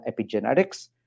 epigenetics